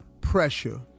pressure